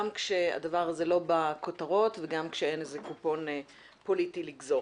כשהדבר הזה לא בכותרות וגם כשאין איזה קופון פוליטי לגזור.